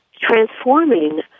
transforming